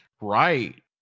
Right